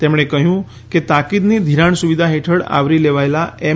તેમણે કહ્યું કે તાકીદની ધિરાણ સુવિધા હેઠળ આવરી લેવાયેલા એમ